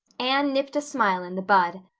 anne nipped a smile in the bud.